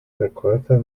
verkäufer